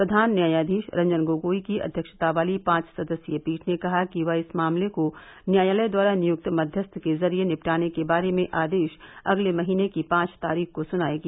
प्रधान न्यायाधीश रंजन गोगोई की अव्यक्षता वाली पांच सदस्यीय पीठ ने कहा कि वह इस मामले को न्यायालय द्वारा नियुक्त मध्यस्थ के जरिये निपटाने के बारे में आदेश अगले महीने की पांच तारीख को सुनायेगी